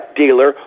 dealer